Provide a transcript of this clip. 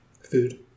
food